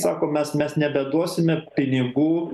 sako mes mes nebeduosime pinigų